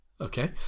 Okay